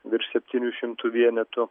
virš septynių šimtų vienetų